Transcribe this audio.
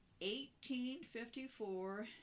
1854